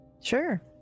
Sure